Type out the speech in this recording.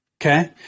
Okay